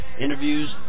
interviews